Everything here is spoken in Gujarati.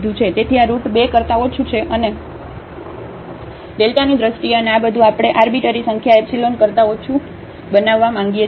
તેથી આ રુટ 2 કરતા ઓછું છે અને Δની દ્રષ્ટિએ અને આ બધું આપણે આરબીટરી સંખ્યા એપ્સીલોન કરતા ઓછું બનાવવા માંગીએ છીએ